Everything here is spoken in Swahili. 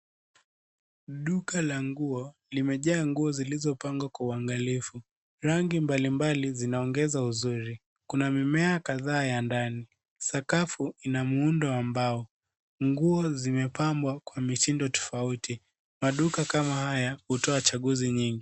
Duka la nguo limejaa nguo zilizopangwa kwa uangalifu. Rangi mbalimbali zinaongeza uzuri. Kuna mimea kadhaa ya ndani. Sakafu ina muundo wa mbao. Nguo zimepambwa kwa mitindo tofauti. Maduka kama haya hutoa chaguzi nyingi.